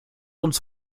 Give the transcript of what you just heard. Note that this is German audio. uns